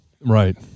right